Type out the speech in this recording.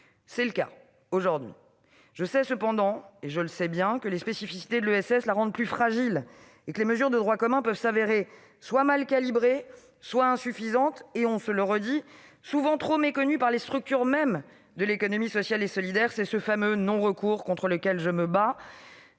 C'est le cas aujourd'hui. Je ne le sais que trop bien, les spécificités de l'ESS la rendent plus fragile, et les mesures de droit commun peuvent se révéler soit mal calibrées, soit insuffisantes, voire, je le répète, trop souvent méconnues par les structures mêmes de l'économie sociale et solidaire. C'est ce fameux non-recours contre lequel je me bats.